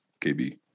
KB